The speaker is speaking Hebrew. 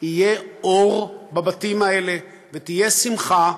יהיה אור בבתים האלה ותהיה שמחה,